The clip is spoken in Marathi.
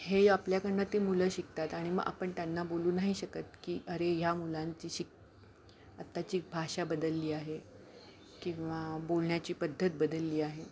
हे आपल्याकडनं ते मुलं शिकतात आणि मग आपण त्यांना बोलू नाही शकत की अरे ह्या मुलांची शिक आत्ताची भाषा बदलली आहे किंवा बोलण्याची पद्धत बदलली आहे